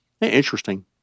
Interesting